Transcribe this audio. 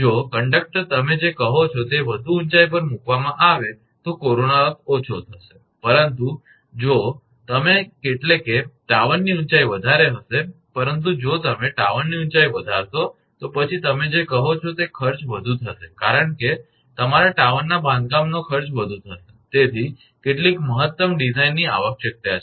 જો કંડકટર તમે જે કહો છો તે વધુ ઊંચાઈ પર મૂકવામાં આવે તો કોરોના લોસ ઓછો થશે પરંતુ જો તમે એટલે કે ટાવરની ઊંચાઈ વધારે હશે પરંતુ જો તમે ટાવરની ઊંચાઈ વધારશો તો પછી તમે જે કહો છો તે ખર્ચ વધુ થશે કારણ કે તમારા ટાવર બાંધકામનો ખર્ચ વધુ થશે તેથી કેટલીક મહત્તમ ડિઝાઇનની આવશ્યકતા છે